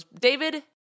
David